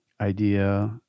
idea